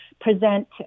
present